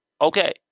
Okay